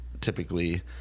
typically